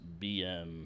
BM